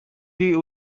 tea